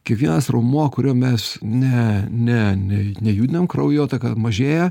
kiekvienas raumuo kurio mes ne ne ne nejudinam kraujotaka mažėja